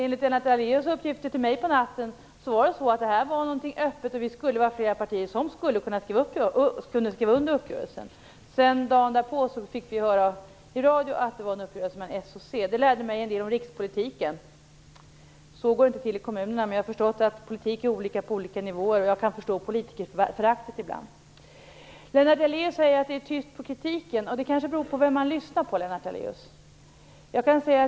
Enligt Lennart Daléus uppgifter till mig på natten var detta öppet och flera partier som skulle kunna skriva under uppgörelsen. Dagen därpå fick vi höra i radio att det var en uppgörelse mellan Socialdemokraterna och Centern. Det lärde mig en del om rikspolitiken. Så går det inte till i kommunerna, men jag har förstått att politik är olika på olika nivåer. Ibland kan jag förstå politikerföraktet. Lennart Daléus säger att kritikerna är tysta. Det kanske beror på vem man lyssnar på, Lennart Daléus.